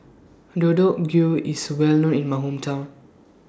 Deodeok IS Well known in My Hometown